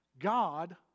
God